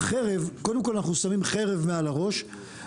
קודם כל אנחנו שמים חרב מעל הראש,